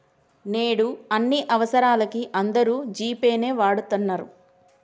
నేడు అన్ని అవసరాలకీ అందరూ జీ పే నే వాడతన్నరు